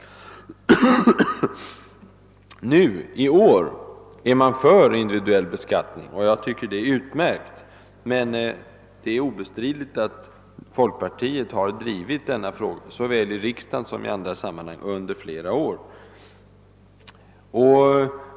Nu är man för individuell beskattning. Jag tycker det är utmärkt. Men det är obestridligt att folkpartiet har drivit denna fråga såväl i riksdagen som i andra sammanhang under flera år.